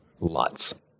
Lots